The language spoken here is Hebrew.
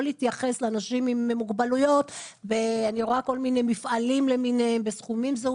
אני רואה כל מיני מפעלים למיניהם שהמשכורות בהם זעומות.